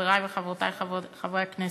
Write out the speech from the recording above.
חברי וחברותי חברות וחברי הכנסת,